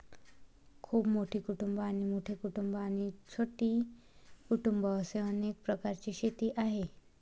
खूप मोठी कुटुंबं, मोठी कुटुंबं आणि छोटी कुटुंबं असे अनेक प्रकारची शेती आहे